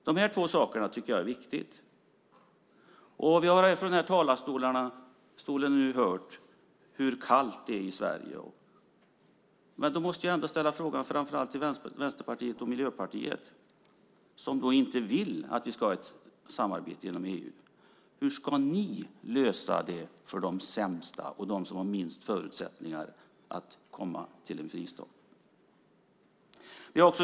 Dessa två saker tycker jag är viktiga. Vi har nu från den här talarstolen fått höra hur kallt det är i Sverige. Jag måste fråga er i Vänsterpartiet och Miljöpartiet, som inte vill att vi ska ha ett samarbete inom EU, hur ni ska lösa det för dem som har det sämst och har minst förutsättningar att komma till en fristad.